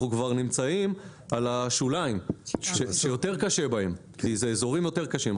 אנחנו כבר נמצאים על השוליים שיותר קשה בהם כי אלה אזורים יותר קשים.